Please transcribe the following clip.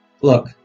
Look